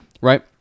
right